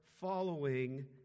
following